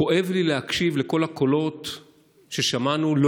כואב לי להקשיב לכל הקולות ששמענו לא